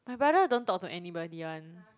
my brother don't talk to anybody [one]